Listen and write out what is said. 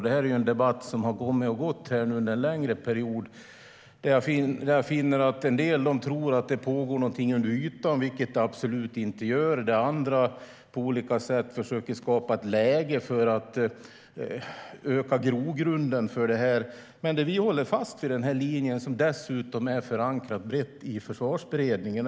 Det är en debatt som har kommit och gått under en längre period. Och en del tror att det pågår någonting under ytan, vilket det absolut inte gör. Andra försöker på olika sätt skapa ett läge för att öka grogrunden för det. Men vi håller fast vid den linjen, som dessutom är brett förankrad i Försvarsberedningen.